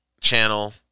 channel